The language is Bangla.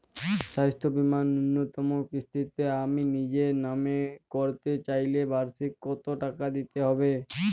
স্বাস্থ্য বীমার ন্যুনতম কিস্তিতে আমি নিজের নামে করতে চাইলে বার্ষিক কত টাকা দিতে হবে?